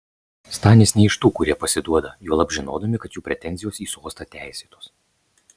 stanis ne iš tų kurie pasiduoda juolab žinodami kad jų pretenzijos į sostą teisėtos